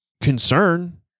concern